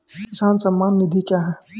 किसान सम्मान निधि क्या हैं?